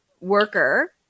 worker